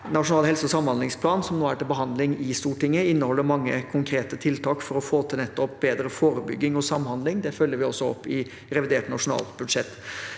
Nasjonal helse- og samhandlingsplan, som nå er til behandling i Stortinget, inneholder mange konkrete tiltak for å få til nettopp bedre forebygging og samhandling. Det følger vi også opp i revidert nasjonalbudsjett.